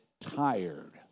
tired